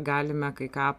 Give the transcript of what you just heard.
galime kai ką